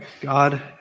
God